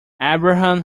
abraham